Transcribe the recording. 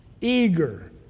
eager